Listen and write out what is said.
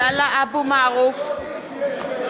לכל איש יש שם.